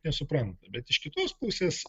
nesupranta bet iš kitos pusės